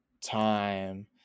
time